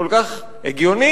כל כך הגיוני,